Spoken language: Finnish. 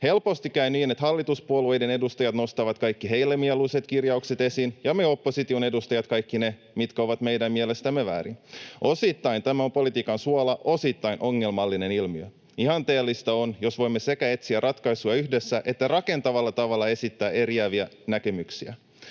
Helposti käy niin, että hallituspuolueiden edustajat nostavat kaikki heille mieluiset kirjaukset esiin ja me opposition edustajat kaikki ne, mitkä ovat meidän mielestämme väärin. Osittain tämä on politiikan suola, osittain ongelmallinen ilmiö. Ihanteellista on, jos voimme sekä etsiä ratkaisua yhdessä että esittää rakentavalla tavalla eriäviä näkemyksiä.